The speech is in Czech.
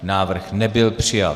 Návrh nebyl přijat.